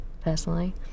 personally